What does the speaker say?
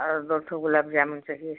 और दो ठो गुलाब जामुन चाहिए